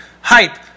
Hype